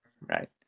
right